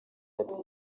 ati